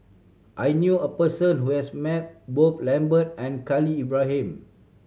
I knew a person who has met both Lambert and Khalil Ibrahim